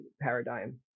paradigm